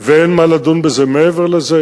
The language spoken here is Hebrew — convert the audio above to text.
ואין מה לדון בזה מעבר לזה.